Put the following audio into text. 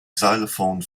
xylophone